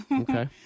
Okay